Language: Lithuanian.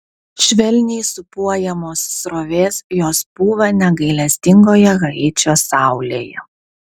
švelniai sūpuojamos srovės jos pūva negailestingoje haičio saulėje